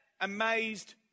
amazed